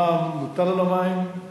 מע"מ הוטל על המים,